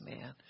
man